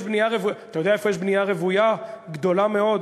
אתה יודע איפה יש בנייה רוויה גדולה מאוד?